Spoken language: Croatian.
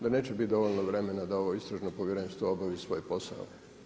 Da neće biti dovoljno vremena da ovo Istražno povjerenstvo obavi svoj posao.